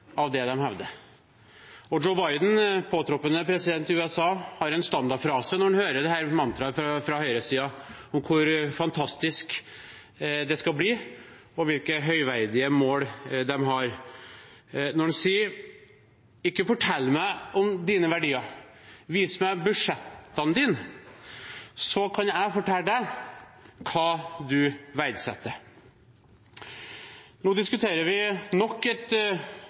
av det de hevder. Joe Biden, påtroppende president i USA, har en standardfrase når han hører dette mantraet fra høyresiden om hvor fantastisk det skal bli, og hvilke høyverdige mål de har. Han sier: Ikke fortell meg om dine verdier, vis meg budsjettene dine, så kan jeg fortelle deg hva du verdsetter. Nå diskuterer vi nok et